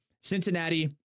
Cincinnati